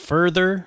Further